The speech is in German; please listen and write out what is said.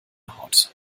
haut